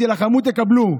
תילחמו, תקבלו.